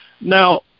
Now